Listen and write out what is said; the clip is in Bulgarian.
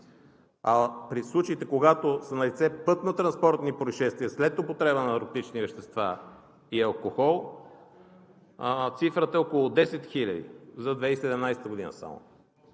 а в случаите, когато са налице пътнотранспортни произшествия след употреба на наркотични вещества и алкохол, цифрата е около 10 хиляди само